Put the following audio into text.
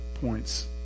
points